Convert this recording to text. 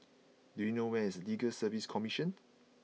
do you know where is Legal Service Commission